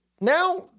Now